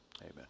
amen